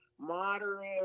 moderate